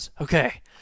Okay